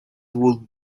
would